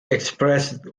expressed